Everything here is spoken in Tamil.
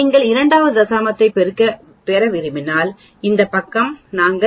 நீங்கள் இரண்டாவது தசமத்தை பெற விரும்பினால் இந்த பக்கம் நாங்கள் 7